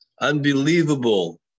unbelievable